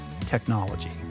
technology